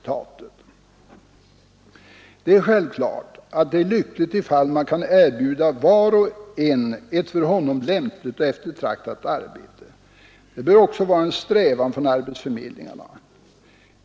Det är självklart att det är lyckligt ifall man kan erbjuda var och en ett för honom lämpligt och eftertraktat arbete. Det bör också vara en strävan från arbetsförmedlingarna.